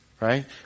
right